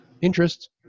interest